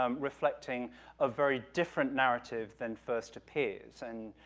um reflecting a very different narrative than first appears, and,